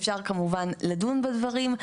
אפשר כמובן לדון בדברים.